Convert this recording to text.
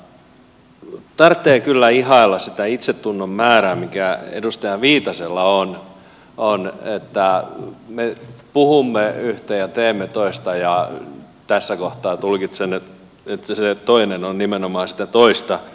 mutta tarvitsee kyllä ihailla sitä itsetunnon määrää mikä edustaja viitasella on että me puhumme yhtä ja teemme toista ja tässä kohtaa tulkitsen että se toinen on nimenomaan sitä toista